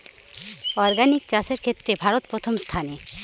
organic চাষের ক্ষেত্রে ভারত প্রথম স্থানে